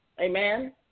Amen